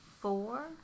Four